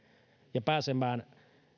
ja pääsemään